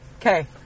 Okay